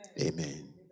amen